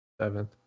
Seventh